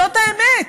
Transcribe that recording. זאת האמת.